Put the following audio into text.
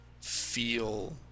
Feel